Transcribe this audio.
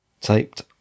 taped